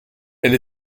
elle